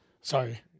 Sorry